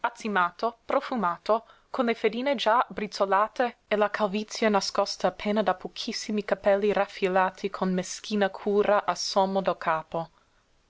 azzimato profumato con le fedine già brizzolate e la calvizie nascosta appena da pochissimi capelli raffilati con meschina cura a sommo del capo